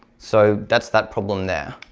so that's that problem there.